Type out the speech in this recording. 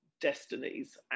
destinies